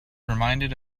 reminded